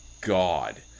god